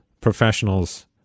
professionals